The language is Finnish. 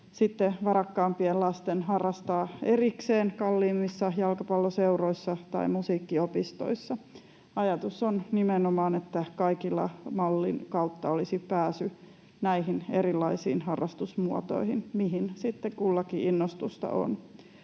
varakkaampien lasten harrastaa erikseen kalliimmissa jalkapalloseuroissa tai musiikkiopistoissa. Ajatus on nimenomaan, että kaikilla mallin kautta olisi pääsy näihin erilaisiin harrastusmuotoihin, mihin sitten kullakin innostusta on.